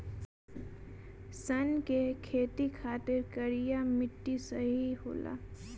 सन के खेती खातिर करिया मिट्टी सही होला